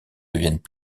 deviennent